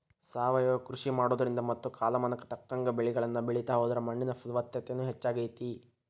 ಸಾವಯವ ಕೃಷಿ ಮಾಡೋದ್ರಿಂದ ಮತ್ತ ಕಾಲಮಾನಕ್ಕ ತಕ್ಕಂಗ ಬೆಳಿಗಳನ್ನ ಬೆಳಿತಾ ಹೋದ್ರ ಮಣ್ಣಿನ ಫಲವತ್ತತೆನು ಹೆಚ್ಚಾಗ್ತೇತಿ